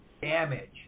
damage